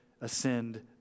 ascend